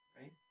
right